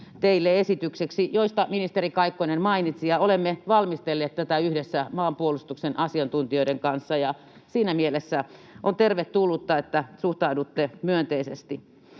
näitä yksityiskohtia, joista ministeri Kaikkonen mainitsi. Olemme valmistelleet tätä yhdessä maanpuolustuksen asiantuntijoiden kanssa, ja siinä mielessä on tervetullutta, että suhtaudutte myönteisesti.